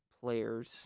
players